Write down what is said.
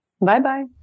Bye-bye